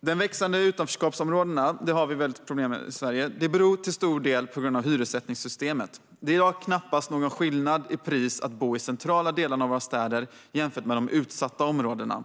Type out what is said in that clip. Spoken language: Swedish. De växande utanförskapsområdena, som vi har problem med i Sverige, beror till stor del på hyressättningssystemet. Det är i dag knappast någon skillnad i pris att bo i de centrala delarna av våra städer jämfört med de utsatta områdena.